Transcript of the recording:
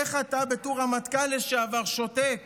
איך אתה בתור רמטכ"ל לשעבר שותק